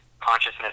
consciousness